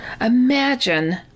Imagine